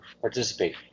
participate